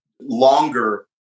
longer